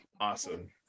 awesome